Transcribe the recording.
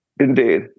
Indeed